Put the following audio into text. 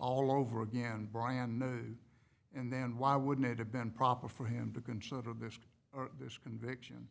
all over again brian and then why wouldn't it have been proper for him to conceive of this or this conviction